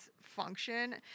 function